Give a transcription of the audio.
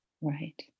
Right